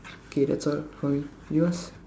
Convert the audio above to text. okay that's all for me you ask